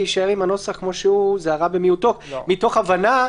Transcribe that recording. להישאר עם הנוסח כפי שהוא זה הרע במיעוטו מתוך הבנה,